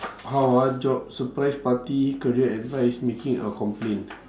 how ah jobs surprise party career advice making a complaint